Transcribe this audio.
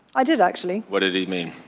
i did, actually what did he mean?